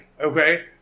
Okay